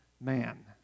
man